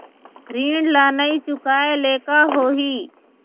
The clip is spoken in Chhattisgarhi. ऋण ला नई चुकाए ले का होही?